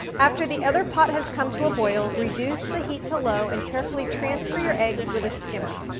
after the other pot has come to a boil, reduce the heat to low and carefully transfer your eggs with a skimmer.